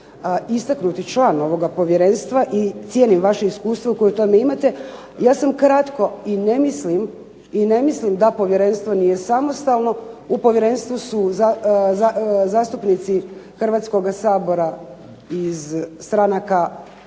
istaknuti član ovoga povjerenstva i cijenim vaše iskustvo koje u tome imate. Ja sam kratko i ne mislim da povjerenstvo nije samostalno. U povjerenstvu su zastupnici Hrvatskoga sabora iz stranaka